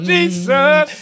Jesus